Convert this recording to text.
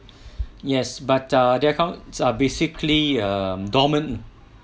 yes but uh their accounts are basically uh dormant